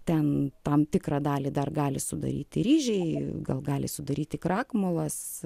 ten tam tikrą dalį dar gali sudaryti ryžiai gal gali sudaryti krakmolas